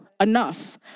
enough